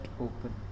open